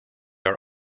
are